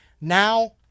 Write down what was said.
Now